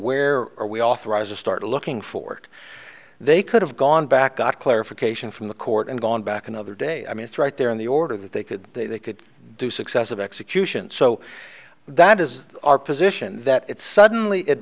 where are we authorized to start looking for work they could have gone back got clarification from the court and gone back another day i mean it's right there in the order that they could they could do successive executions so that is our position that it suddenly